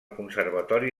conservatori